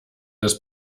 des